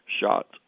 shot